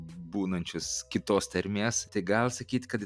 būnančius kitos tarmės tai gal sakyt kad